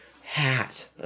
Hat